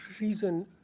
reason